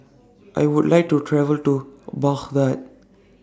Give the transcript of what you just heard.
I Would like to travel to Baghdad